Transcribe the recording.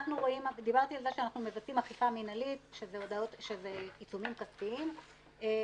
אנחנו פועלים מול המשרד לשוויון חברתי שהוא גם המשרד לאזרחים ותיקים כדי